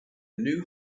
new